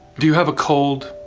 do you have a cold?